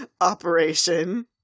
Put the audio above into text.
operation